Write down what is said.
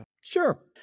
Sure